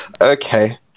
Okay